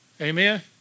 Amen